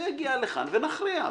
זה יגיע לכאן ונכריע.